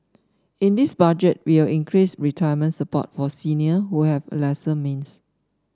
in this Budget we will increase retirements support for senior who have lesser means